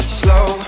slow